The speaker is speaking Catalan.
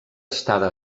estada